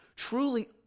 truly